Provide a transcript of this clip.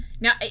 Now